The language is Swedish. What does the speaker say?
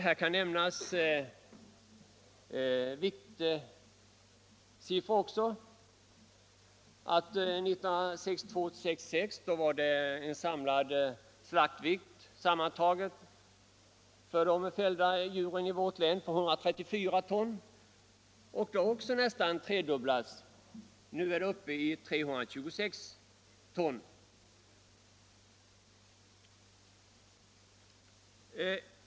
Här kan också nämnas viktsiffror. Åren 1962-1966 uppgick den sammanlagda slaktvikten för de fällda djuren i vårt län till 134 ton. Även den siffran har nästan tredubblats. Nu är slaktvikten uppe i 326 ton.